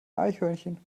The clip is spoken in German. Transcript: eichhörnchen